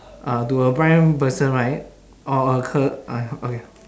uh to a blind person right or a c~ alright okay